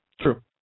True